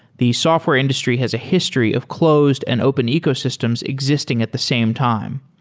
the software industry has a history of closed and open ecosystems existing at the same time.